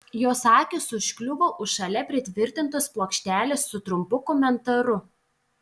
jos akys užkliuvo už šalia pritvirtintos plokštelės su trumpu komentaru